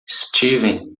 steven